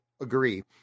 agree